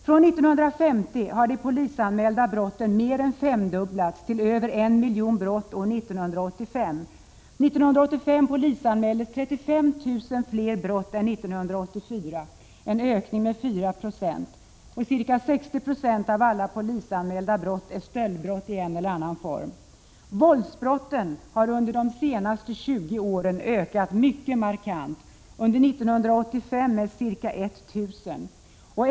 Från 1950 har de polisanmälda brotten mer än femdubblats, till över en miljon brott 1985. År 1985 polisanmäldes 35 000 fler brott än 1984, en ökning med 4 96. Ca 60 96 av alla polisanmälda brott är stöldbrott i en eller annan form. Våldsbrotten har under de senaste 20 åren ökat mycket markant. Under 1985 ökade de med ca 1 000.